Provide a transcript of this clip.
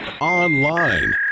online